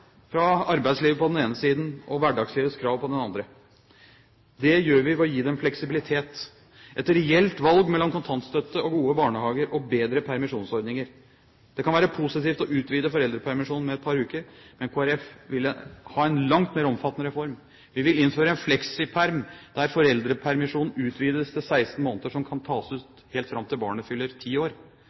fra arbeidslivet på den ene siden og hverdagslivets krav på den andre. Det gjør vi ved å gi dem fleksibilitet, et reelt valg mellom kontantstøtte og gode barnehager, og bedre permisjonsordninger. Det kan være positivt å utvide foreldrepermisjonen med et par uker. Men Kristelig Folkeparti vil ha en langt mer omfattende reform. Vi vil innføre en «fleksiperm», der foreldrepermisjonen utvides til 16 måneder, som kan tas ut helt fram til barnet fyller ti år.